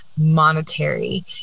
monetary